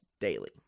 daily